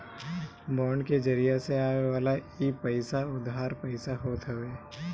bond के जरिया से आवेवाला इ पईसा उधार पईसा होत हवे